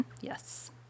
Yes